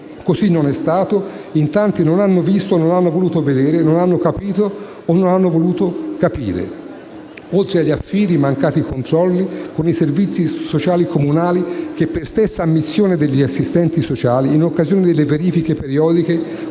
Così non è stato. In tanti non hanno visto o non hanno voluto vedere, non hanno capito o non hanno voluto capire. Oltre agli affidi, i mancati controlli, con i servizi sociali comunali, che - per stessa ammissione degli assistenti sociali - in occasione delle verifiche periodiche